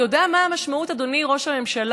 אתה יודע מה המשמעות, אדוני ראש הממשלה?